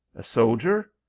a soldier?